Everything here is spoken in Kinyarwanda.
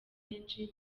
benshi